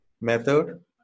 method